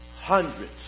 Hundreds